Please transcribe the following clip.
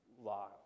law